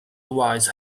wise